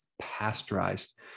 pasteurized